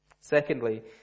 Secondly